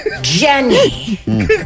Jenny